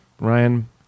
Ryan